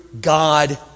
God